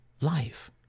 life